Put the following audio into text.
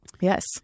Yes